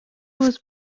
was